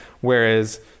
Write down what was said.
Whereas